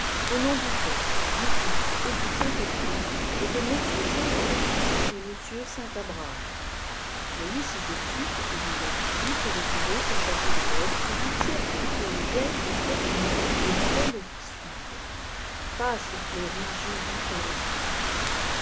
au nom du père du fils et du sainfesprit et de monsieur saint jean bapti te etmonsieur sint abraham voyez ci-dessus ce que nous avons dit pour opérer au châ teau de belle et vous servez pour le jet et frottement des paroles qui suivent c passe flori jésus est ressuscité